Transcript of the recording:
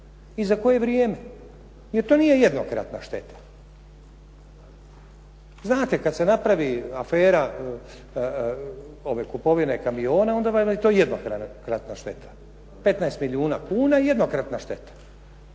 i za koje vrijeme. Jer to nije jednokratna šteta. Znate, kad se napravi afera kupovine kamiona onda vam je to jednokratna šteta 15 milijuna kuna je jednokratna šteta.